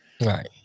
Right